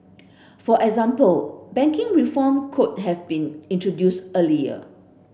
for example banking reform could have been introduced earlier